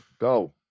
Go